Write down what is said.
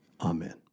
Amen